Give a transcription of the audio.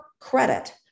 credit